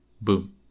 boom